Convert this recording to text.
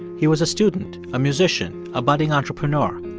he was a student, a musician, a budding entrepreneur.